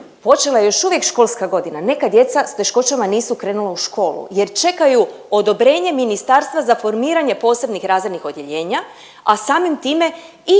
počela je još uvijek školska godina neka djeca s teškoćama nisu krenula u školu jer čekaju odobrenje ministarstva za formiranje posebnih razrednih odjeljenja, a samim time i